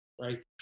Right